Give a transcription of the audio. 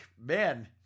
man